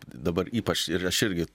dabar ypač ir aš irgi